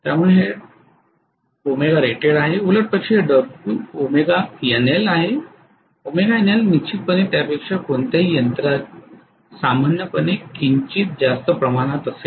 त्यामुळे हे ɷrated आहे उलटपक्षी हे ɷNL आहे ɷNL निश्चितपणे त्यापेक्षा कोणत्याही यंत्रात सामान्यपणे किंचित जास्त प्रमाणात असेल